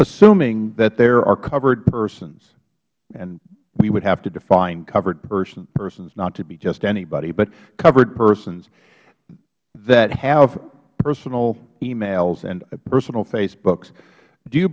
assuming that there are covered persons and we would have to define covered persons not to be just anybody but covered persons that have personal emails and personal facebooks do you